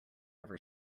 ever